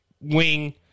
wing